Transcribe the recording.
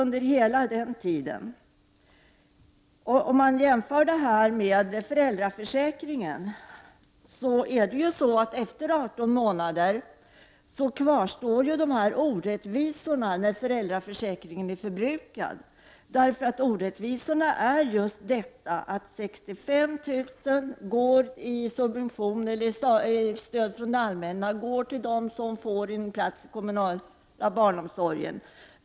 När föräldraförsäkringen är förbrukad efter 18 månader kvarstår orättvisorna, som just består i att 65 000 kr. i stöd från det allmänna går till dem som får en plats i den kommunala barnomsorgen.